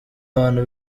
abantu